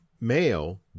male